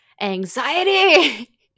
Anxiety